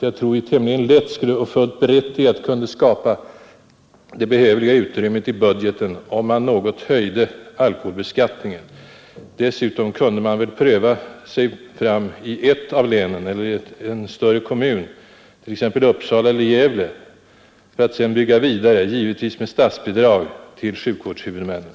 Jag tycker att man tämligen lätt och med stort berättigande skulle kunna skapa det behövliga utrymmet i budgeten, om man något höjde alkoholbeskattningen. Dessutom kunde man väl först pröva sig fram i ett län eller i någon större kommun, t.ex. Uppsala eller Gävle, för att sedan bygga vidare, givetvis med statsbidrag till sjukvårdshuvudmännen.